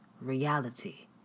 reality